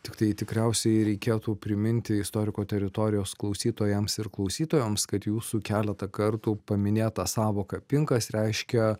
tiktai tikriausiai reikėtų priminti istoriko teritorijos klausytojams ir klausytojoms kad jūsų keletą kartų paminėta sąvoka pinkas reiškia